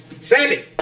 Sandy